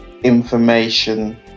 information